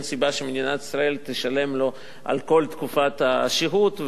סיבה שמדינת ישראל תשלם לו על כל תקופת השהות,